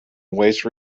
waste